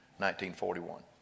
1941